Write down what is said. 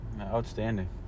Outstanding